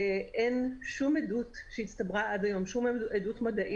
אין שום עדות מדעית שהצטברה עד היום שקושרת